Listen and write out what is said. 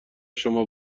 شما